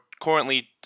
currently